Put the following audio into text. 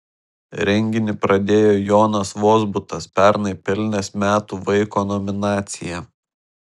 renginį pradėjo jonas vozbutas pernai pelnęs metų vaiko nominaciją